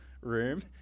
room